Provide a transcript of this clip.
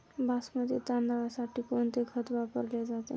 बासमती तांदळासाठी कोणते खत वापरले जाते?